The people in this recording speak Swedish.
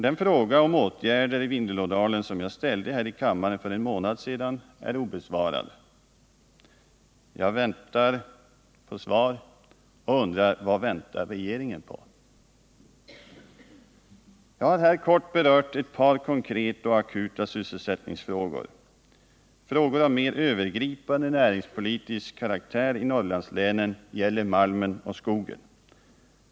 Den fråga om åtgärder i Vindelådalen som jag ställde här i kammaren för en månad sedan är obesvarad, Jag väntar på svar och undrar: Vad väntar regeringen på? Jag har här kort berört ett par konkreta och akuta sysselsättningsfrågor. Frågor av mera övergripande näringspolitisk karaktär i Norrlandslänen gäller malmen och skogen.